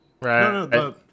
Right